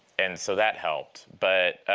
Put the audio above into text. and so that helped. but